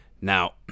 Now